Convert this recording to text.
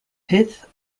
pith